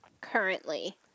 currently